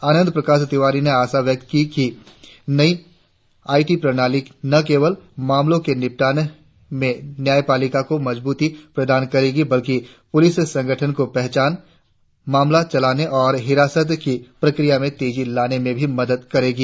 आनंद प्रकाश तिवारी ने आशा व्यक्त की कि नई आई टी प्रणाली न केवल मामलों के निपटान में न्यायपालिका को मजबूती प्रदान करेगी बल्कि पूलिस संगठन को पहचान मामला चलाने और हिरासत की प्रक्रिया में तेजी लाने में भी मदद करेगी